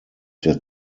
der